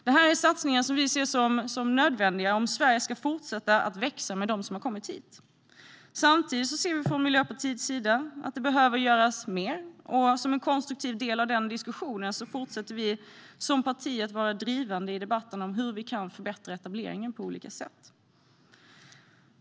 Detta är satsningar som vi ser som nödvändiga om Sverige ska fortsätta att växa med dem som har kommit hit. Samtidigt ser vi från Miljöpartiets sida att det behöver göras mer. Som en konstruktiv del av den diskussionen fortsätter vi som parti att vara drivande i debatten om hur vi kan förbättra etableringen på olika sätt.